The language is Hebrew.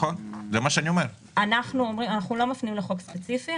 שם אנחנו לא מפנים לחוק ספציפי.